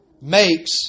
makes